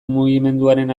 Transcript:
mugimenduaren